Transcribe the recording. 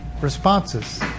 responses